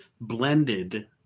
blended